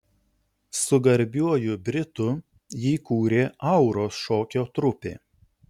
su garbiuoju britu jį kūrė auros šokio trupė